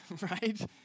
Right